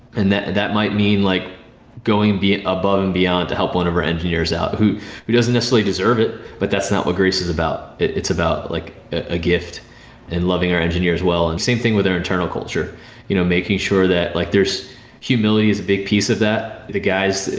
and that that might mean like going and above and beyond to help one of our engineers out, who who doesn't necessarily deserve it, but that's not what grace is about. it's about like a gift and loving our engineer as well and same thing with their internal culture you know making sure that like there's humility is a big piece of that, the guys,